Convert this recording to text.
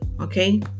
Okay